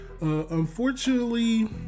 Unfortunately